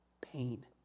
pain